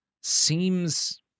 seems